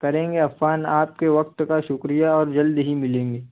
کریں گے عفان آپ کے وقت کا شکریہ اور جلد ہی ملیں گے